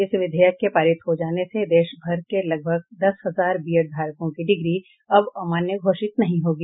इस विधेयक के पारित हो जाने से देश भर के लगभग दस हजार बीएड धारकों की डिग्री अब अमान्य घोषित नहीं होगी